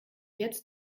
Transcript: jetzt